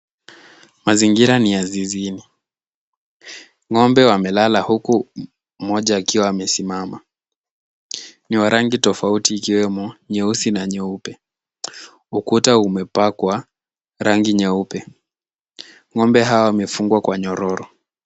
Mazingira ni ya zizini. Ng'ombe wamelala huku mmoja akiwa amesimama. Ni wa rangi tofauti ikiwemo nyeusi na nyeupe. Ukuta umepakwa rangi nyeupe. Ng'ombe hawa wamefungwa kwa nyororo.